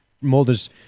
molders